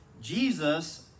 Jesus